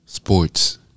Sports